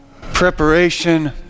preparation